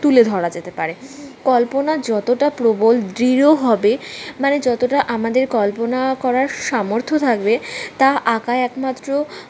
তুলে ধরা যেতে পারে কল্পনা যতোটা প্রবল দৃঢ় হবে মানে যতোটা আমাদের কল্পনা করার সামর্থ্য থাকবে তা আঁকায় একমাত্র